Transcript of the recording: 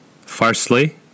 Firstly